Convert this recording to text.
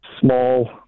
small